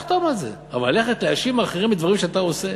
אבל ללכת להאשים אחרים בדברים אתה עושה?